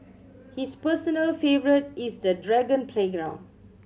his personal favourite is the dragon playground